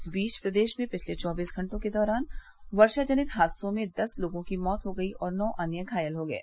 इस बीच प्रदेश में पिछले चौबीस घंटों के दौरान वर्षा जनित हादसों में दस लोगो की मौत हो गयी और नौ अन्य घायल हो गये